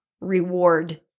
reward